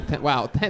Wow